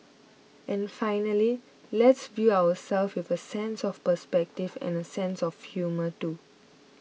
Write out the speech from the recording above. and finally let's view ourselves with a sense of perspective and a sense of humour too